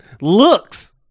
looks